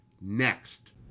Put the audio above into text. next